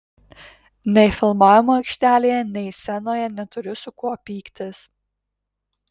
nei filmavimo aikštelėje nei scenoje neturiu su kuo pyktis